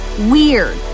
weird